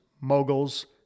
moguls